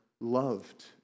loved